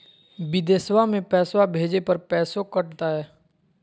बिदेशवा मे पैसवा भेजे पर पैसों कट तय?